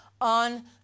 on